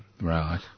Right